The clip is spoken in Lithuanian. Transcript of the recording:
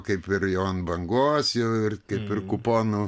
kaip ir jau ant bangos ir kaip ir kuponu